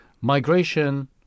migration